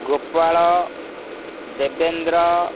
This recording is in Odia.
ଗୋପାଳ ଦେବେନ୍ଦ୍ର